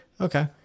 Okay